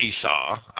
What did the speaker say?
Esau